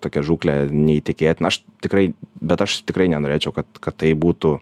tokia žūklė neįtikėtina aš tikrai bet aš tikrai nenorėčiau kad kad tai būtų